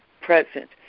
present